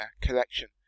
collection